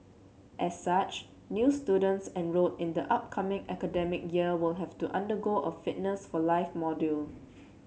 as such new students enrolled in the upcoming academic year will have to undergo a Fitness for life module